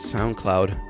SoundCloud